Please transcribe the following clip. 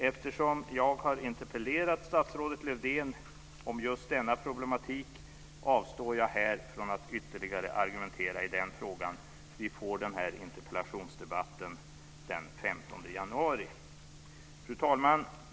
Eftersom jag har interpellerat statsrådet Lövdén om just denna problematik avstår jag här från att ytterligare argumentera i den frågan. Vi får den här interpellationsdebatten den 15 januari. Fru talman!